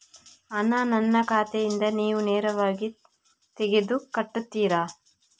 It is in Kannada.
ಹಣ ನನ್ನ ಖಾತೆಯಿಂದ ನೀವು ನೇರವಾಗಿ ತೆಗೆದು ಕಟ್ಟುತ್ತೀರ?